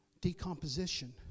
decomposition